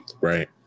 right